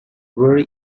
very